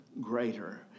greater